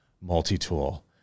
multi-tool